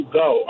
go